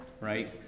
right